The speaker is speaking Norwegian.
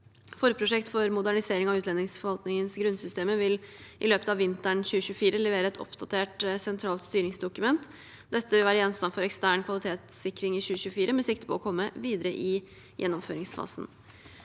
Forprosjekt for modernisering av utlendingsforvaltningens grunnsystemer vil i løpet av vinteren 2024 levere et oppdatert sentralt styringsdokument. Dette vil være gjenstand for en ekstern kvalitetssikring i 2024, med sikte på å komme videre til gjennomføringsfasen.